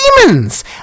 Demons